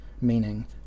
meaning